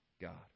God